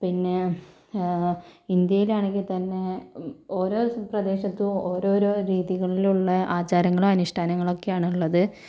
പിന്നേ ഇന്ത്യയിൽ ആണങ്കിൽ തന്നെ ഓരോ പ്രദേശത്തു ഓരോരോ രീതിയിലുള്ള ആചാരങ്ങളും അനിഷ്ഠാനങ്ങളക്കെയാണുള്ളത്